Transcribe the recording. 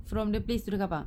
from the place to the car park